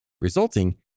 resulting